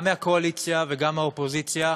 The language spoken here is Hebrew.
גם מהקואליציה וגם מהאופוזיציה,